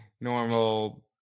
normal